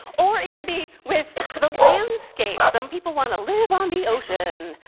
or it can be with the landscape, some people want to live on the ocean.